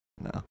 No